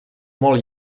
molt